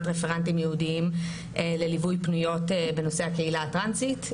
רפרנטים ייעודיים לליווי פניות בנושא הקהילה הטרנסית.